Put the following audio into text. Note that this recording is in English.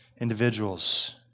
individuals